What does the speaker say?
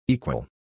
Equal